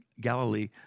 Galilee